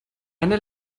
eine